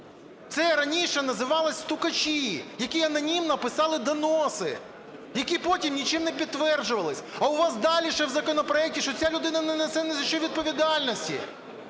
Це раніше називалось "стукачі", які анонімно писали доноси, які потім нічим не підтверджувались, а у вас далі ще в законопроекті, що ця людина не несе ні за що відповідальності,